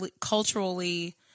culturally